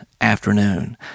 afternoon